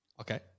Okay